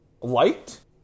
liked